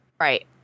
Right